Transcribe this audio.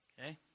Okay